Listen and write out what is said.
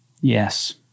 Yes